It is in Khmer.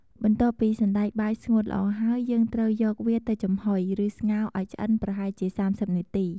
បន្ទាប់ ពីសណ្ដែកបាយស្ងួតល្អ ហើយ យើងត្រូវយកវាទៅចំហុយ ឬស្ងោរឱ្យឆ្អិនប្រហែលជា ៣០នាទី។